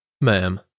Ma'am